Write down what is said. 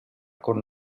con